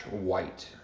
white